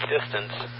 distance